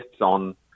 on